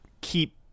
keep